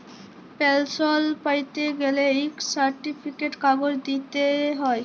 পেলসল প্যাইতে গ্যালে ইক সার্টিফিকেট কাগজ দিইতে হ্যয়